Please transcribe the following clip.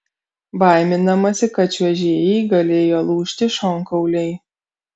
baiminamasi kad čiuožėjai galėjo lūžti šonkauliai